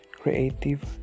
creative